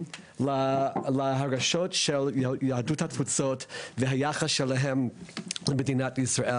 להרגשות של יהדות התפוצות וליחס שלהם למדינת ישראל.